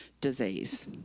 disease